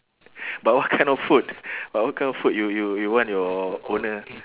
but what kind of food but what kind of food you you you want your owner